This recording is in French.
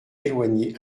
éloignée